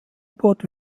boot